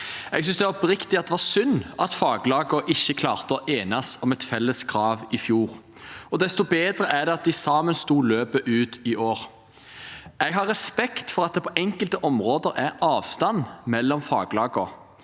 Jeg synes oppriktig at det var synd at faglagene ikke klarte å enes om et felles krav i fjor, og desto bedre er det at de sammen sto løpet ut i år. Jeg har respekt for at det på enkelte områder er avstand mellom faglagene,